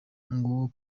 nguwo